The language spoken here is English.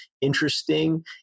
interesting